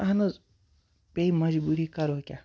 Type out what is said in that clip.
اہن حظ پے مجبوٗری کَرو کیٛاہ